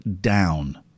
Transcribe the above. down